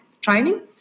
training